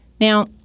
Now